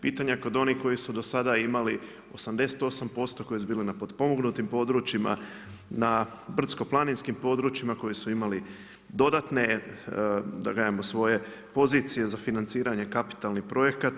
Pitanja kod onih koji su do sada imali 88%, koji su bili na potpomognutim područjima, na brdsko-planinskim područjima koji su imali dodatne da kažemo svoje pozicije za financiranje kapitalnih projekata.